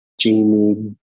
Jamie